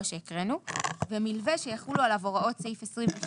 שהקראנו - ומילווה שיחלו עליו הוראות סעיף 22